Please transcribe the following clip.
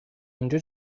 اینجا